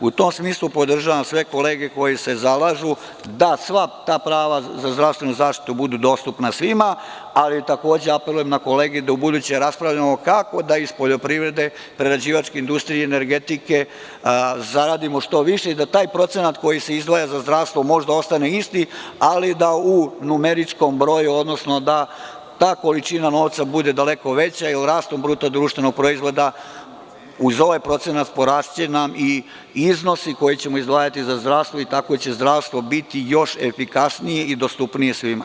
U tom smislu, podržavam sve kolege koji se zalažu da sva ta prava za zdravstvenu zaštitu budu dostupna svima, ali takođe, apelujem na kolege, da ubuduće raspravljamo kako da iz poljoprivrede, prerađivačke industrije i energetike zaradimo što više i da taj procenat koji se izdvaja za zdravstvo možda ostane isti, ali da u numeričkom broju, odnosno da ta količina novca bude daleko veća, jer rastom BDP uz ovaj procenat, porašće nam i iznosi koje ćemo izdvajati za zdravstvo i tako će zdravstvo biti još efikasnije i dostupnije svima.